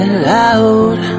loud